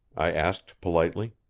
i asked politely.